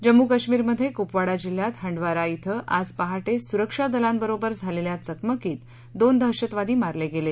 जम्मू कश्मीरमध्ये कुपवाडा जिल्ह्यात हंडवारा इथं आज पहाटे सुरक्षा दलांबरोबर झालेल्या चकमकीत दोन दहशतवादी मारले गेले